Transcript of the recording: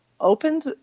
opened